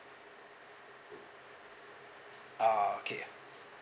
ah okay